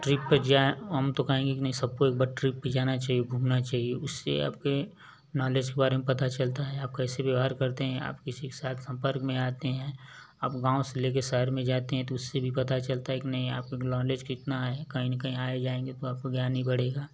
trip पर जाएँ हम तो कहेंगे कि नहीं सबको एक बार ट्रिप पर जाना चाहिए घूमना चाहिए उससे आपके नालेज के बारे में पता चलता हे आप कैसे व्यवहार करते हें आप किसी के साथ संपर्क में आते हैं आप गाँव से ले कर सहर में जाते हें तो उससे भी पता चलता है कि नहीं आपको ग नौलेज कितना है कहीं न कहीं आए जाएंगे तो आपको ज्ञान ही बढ़ेगा